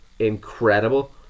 incredible